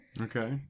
Okay